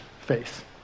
face